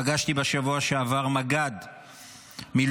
פגשתי בשבוע שעבר מג"ד מילואים,